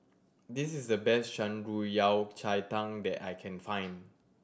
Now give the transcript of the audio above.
this is the best Shan Rui Yao Cai Tang that I can find